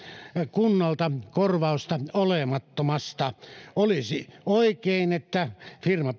kunnalta korvausta olemattomasta olisi oikein että firma